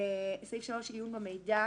סעיף 3 עיון במידע